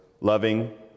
loving